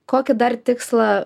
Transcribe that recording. kokį dar tikslą